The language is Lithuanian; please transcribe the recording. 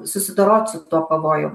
susidorot su tuo pavojum